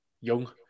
young